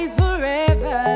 forever